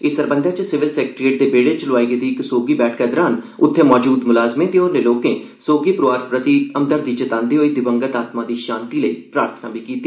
इस सरबंधे च सिविल सैक्रेटेरिएट दे बेहड़े च लोआई गेदी इक सोगी बैठक दौरान उत्थे मौजूद मुलाज़मैं ते होरनैं लोकें सोगी परोआर प्रति हमदर्दी जतांदे होई दिवंगत आत्मा दी शांति लेई प्रार्थना कीती